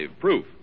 proof